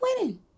winning